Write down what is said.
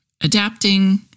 adapting